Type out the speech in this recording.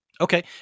Okay